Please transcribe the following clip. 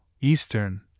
eastern